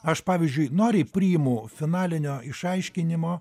aš pavyzdžiui noriai priimu finalinio išaiškinimo